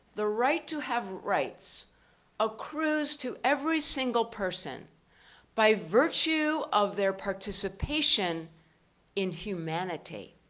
the right to have rights accrues to every single person by virtue of their participation in humanity.